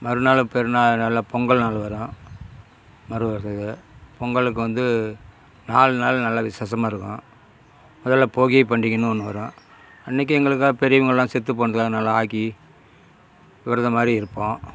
மறுநாள் பெருநாள் நல்ல பொங்கல் நாள் வரும் மறு பொங்கலுக்கு வந்து நாலு நாள் நல்ல விசேஷமா இருக்கும் முதல்ல போகி பண்டிகைனு ஒன்று வரும் அன்றைக்கு எங்களுக்காக பெரியவங்கள்லாம் செத்துப்போனதுக்காக நல்லா ஆக்கி விரதமாதிரி இருப்போம்